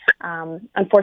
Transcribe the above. Unfortunately